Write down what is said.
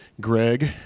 Greg